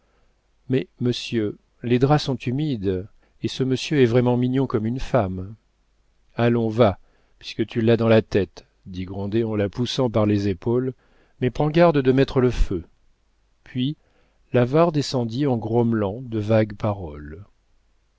mais monsieur les draps sont humides et ce monsieur est vraiment mignon comme une femme allons va puisque tu l'as dans la tête dit grandet en la poussant par les épaules mais prends garde de mettre le feu puis l'avare descendit en grommelant de vagues paroles